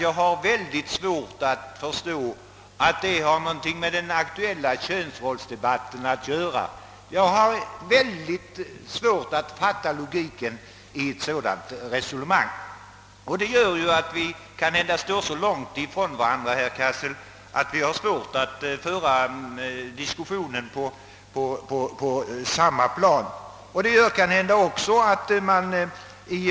Jag har mycket svårt att inse, herr Cassel, att detta har något med den aktuella könsrollsdebatten att göra. Jag kan inte fatta 1ogiken i ett sådant resonemang. Våra ståndpunkter är så skilda från varandra att det förefaller som om vi skulle ha svårt att föra diskussionen på samma plan.